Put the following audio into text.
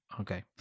Okay